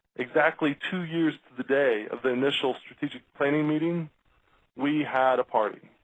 exactly two years to the day of the initial strategic planning meeting we had a party